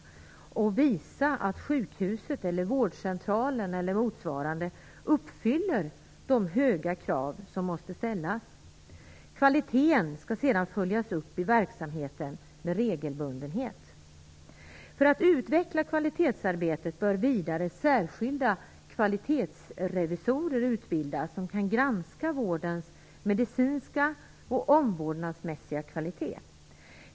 Den skulle visa att sjukhusen, vårdcentralen eller motsvarande uppfyller de höga krav som måste ställas. Kvalitén i verksamheten skall sedan följas upp med regelbundenhet. För att utveckla kvalitetsarbetet bör vidare särskilda kvalitetsrevisorer utbildas för att granska vårdens medicinska och omvårdnadsmässiga kvalitet.